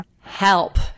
Help